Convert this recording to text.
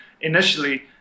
initially